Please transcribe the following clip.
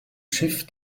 schiff